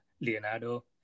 Leonardo